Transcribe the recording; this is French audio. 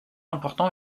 important